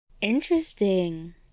Interesting